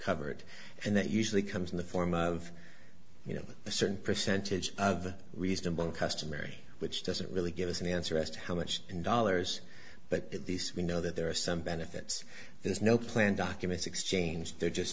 covered and that usually comes in the form of you know a certain percentage of reasonable customary which doesn't really give us an answer as to how much in dollars but these we know that there are some benefits there's no plan documents exchange they're just